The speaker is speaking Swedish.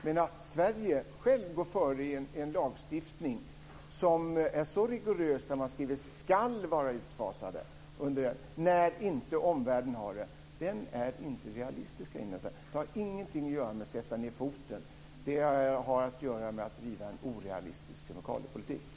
Men att Sverige självt går före i fråga om en lagstiftning som är så rigorös att det står "skall vara utfasade" när inte omvärlden har det är inte realistiskt. Detta har alltså ingenting att göra med att sätta ned foten, utan det har att göra med att driva en orealistisk kemikaliepolitik.